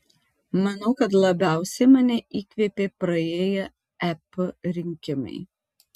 manau kad labiausiai mane įkvėpė praėję ep rinkimai